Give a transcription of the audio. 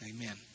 Amen